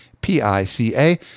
P-I-C-A